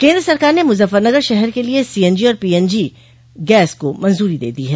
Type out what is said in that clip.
केन्द्र सरकार ने मुजफ्फरनगर शहर के लिए सीएनजी और पीएनजी गैस को मंजूरी दे दी है